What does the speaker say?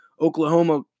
Oklahoma